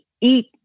eat